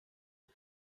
you